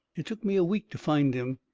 it took me a week to find him.